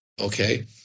Okay